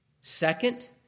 second